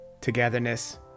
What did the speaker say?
togetherness